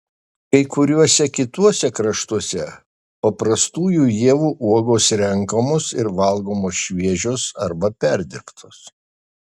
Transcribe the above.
kai kuriuose kituose kraštuose paprastųjų ievų uogos renkamos ir valgomos šviežios arba perdirbtos